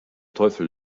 teufel